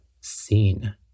seen